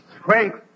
strength